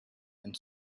and